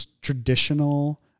traditional